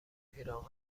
پیراهن